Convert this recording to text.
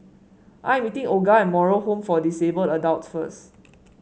I am meeting Olga at Moral Home for Disabled Adults first